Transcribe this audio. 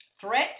threat